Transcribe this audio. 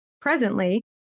presently